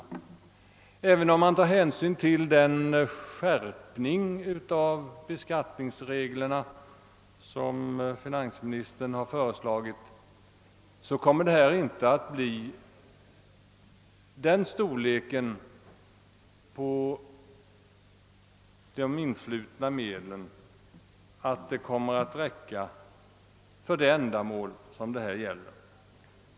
Även om man tar hänsyn till den skärpning av beskattningsreglerna, som finansministern har föreslagit, kommer de influtna medlen inte att få sådan storlek att de räcker för det ändamål som det här gäller.